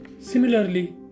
Similarly